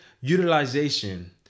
utilization